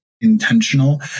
intentional